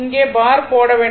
இங்கே பார் போட வேண்டும்